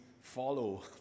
follow